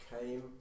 came